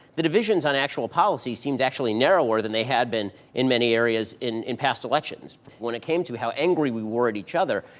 the divisions on actual policies seemed actually narrower than they had been in many areas in in past elections when it came to how angry we were at each other,